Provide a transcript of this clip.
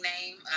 name